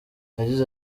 yagize